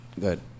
Good